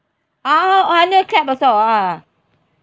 ah oh under cap also ah